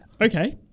Okay